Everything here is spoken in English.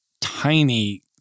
tiny